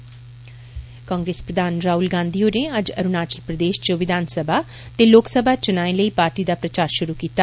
तनदबींस ब्वदहतमेे कांग्रेस प्रधान राहुल गांधी होरें अज्ज अरुणाचल प्रदेष च विधानसभा ते लोकसभा चुनाएं लेई पार्टी दा प्रचार षुरु कीता